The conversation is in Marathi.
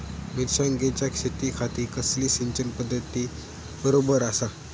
मिर्षागेंच्या शेतीखाती कसली सिंचन पध्दत बरोबर आसा?